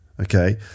okay